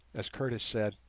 as curtis said.